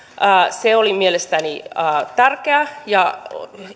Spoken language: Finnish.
se oli mielestäni tärkeä ja